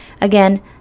Again